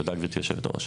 תודה גברתי היו"ר.